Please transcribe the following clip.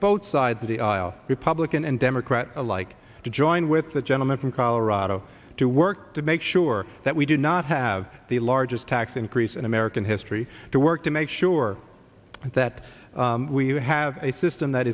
both sides of the aisle republican and democrat alike to join with the gentleman from colorado to work to make sure that we do not have the largest tax increase in american history to work to make sure that we have a system that